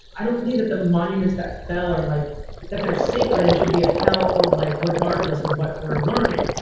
i don't believe that the monuments that fell are like that. they're sacred and should be upheld like regardless of what we're learning.